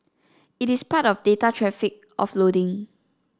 it is part of data traffic offloading